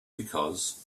because